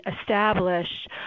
establish